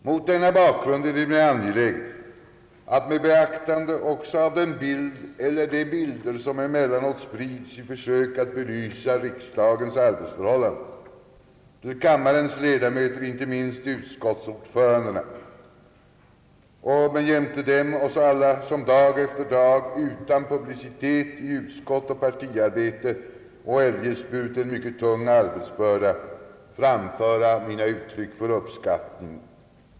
Mot denna bakgrund är det mig angeläget att — med beaktande också av den bild eller de bilder som emellanåt sprids i försök att belysa riksdagens arbetsförhållanden — till kammarens ledamöter, inte minst utskottsordförandena men jämte dem också alla som dag efter dag, utan publicitet, i utskottsoch partiarbete samt eljest burit en mycket tung arbetsbörda, framföra mina uttryck för uppskattning.